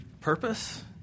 purpose